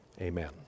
Amen